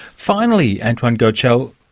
finally, antoine goetschel,